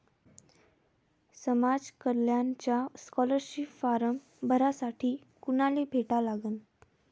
समाज कल्याणचा scholarship form भरासाठी कुनाले भेटा लागन?